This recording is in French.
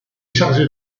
chargé